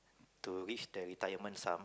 to reach the retirement sum